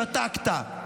שתקת.